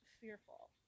fearful